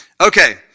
okay